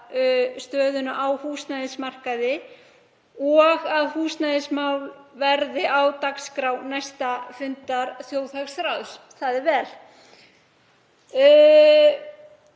stöðuna á húsnæðismarkaði og að húsnæðismál verði á dagskrá næsta fundar þjóðhagsráðs. Það er vel.